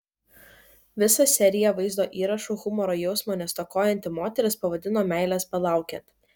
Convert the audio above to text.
visą seriją vaizdo įrašų humoro jausmo nestokojanti moteris pavadino meilės belaukiant